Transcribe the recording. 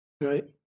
right